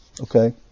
Okay